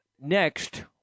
Next